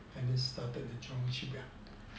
and then started the jurong shipyard